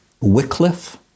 Wycliffe